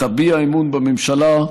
תביע אמון בממשלה,